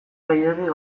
gehiegi